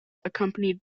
accompanied